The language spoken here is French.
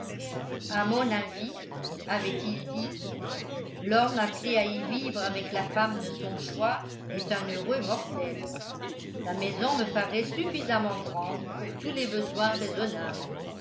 à mon avis avait-il dit l'homme appelé à y vivre avec la femme de son choix est un heureux mortel la maison me paraît suffisamment grande pour tous les besoins raisonnables